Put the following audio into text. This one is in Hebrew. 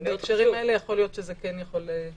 בהקשרים האלה יכול להיות שזה כן יכול להיות כלי.